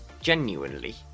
Genuinely